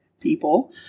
people